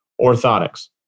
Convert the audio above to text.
orthotics